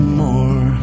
more